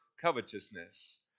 covetousness